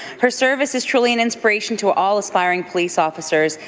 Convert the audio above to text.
her service is truly an inspiration to all aspiring police officers,